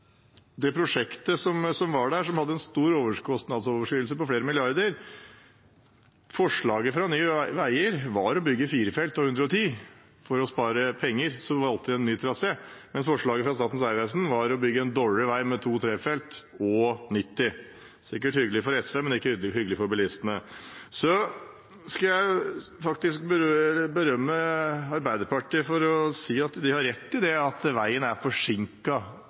det gjelder det prosjektet som var der, som hadde en stor kostnadsoverskridelse på flere milliarder, at forslaget fra Nye veier var firefeltsvei og 110. For å spare penger valgte de en ny trasé. Forslaget fra Statens vegvesen var å bygge en dårligere vei med to-/trefelts vei og 90. Det er sikkert hyggelig for SV, men det er ikke hyggelig for bilistene. Så skal jeg faktisk berømme Arbeiderpartiet ved å si at de har rett i at veien er